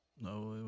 No